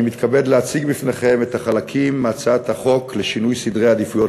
אני מתכבד להציג בפניכם את החלקים מהצעת החוק לשינוי סדרי עדיפויות